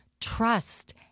trust